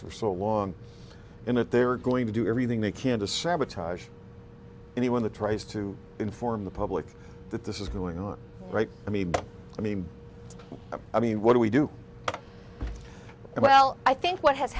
for so long and that they're going to do everything they can to sabotage anyone the tries to inform the public that this is going on right i mean i mean i mean what do we do and well i think what has